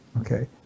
okay